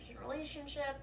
relationship